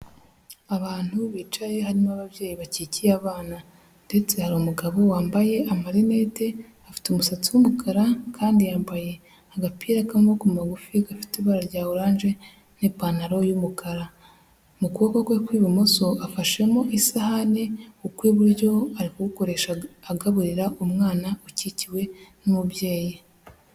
Abantu bicaye harimo ababyeyi bakikiye abana ndetse hari umugabo wambaye amarinete, afite umusatsi w'umukara kandi yambaye agapira k'amaboko magufi gafite ibara rya orange n'ipantaro y'umukara, mu kuboko kwe kw'ibumoso afashemo isahane ukw'iburyo ari kugukoresha agaburira umwana ukikiwe n'umubyeyi.